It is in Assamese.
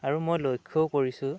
আৰু মই লক্ষ্যও কৰিছোঁ